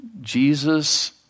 Jesus